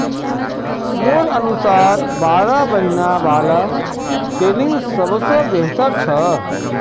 मोर अनुसार बारह महिना वाला ट्रेनिंग सबस बेहतर छ